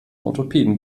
orthopäden